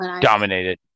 Dominated